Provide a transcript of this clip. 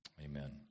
amen